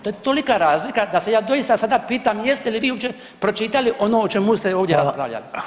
To je tolika razlika da se ja doista sada pitam jeste li vi uopće pročitali ono o čemu ste ovdje raspravljali?